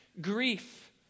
grief